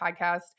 podcast